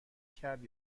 کرد